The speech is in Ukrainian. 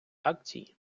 акцій